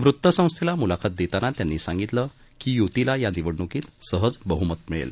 वृत्तसंस्थेला मुलाखत देताना त्यांनी सांगितलं की युतीला या निवडणुकीत सहज बहुमत मिळेल